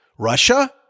Russia